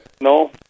No